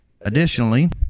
Additionally